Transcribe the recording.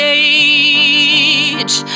age